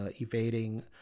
evading